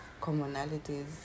commonalities